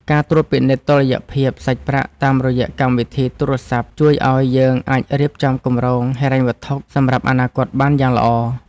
ការត្រួតពិនិត្យតុល្យភាពសាច់ប្រាក់តាមរយៈកម្មវិធីទូរស័ព្ទជួយឱ្យយើងអាចរៀបចំគម្រោងហិរញ្ញវត្ថុសម្រាប់អនាគតបានយ៉ាងល្អ។